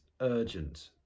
urgent